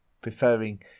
preferring